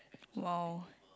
!wow!